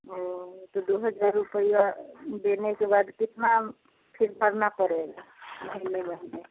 दो हज़ार रुपया देने के बाद कितना फिर भरना पड़ेगा अगले महीने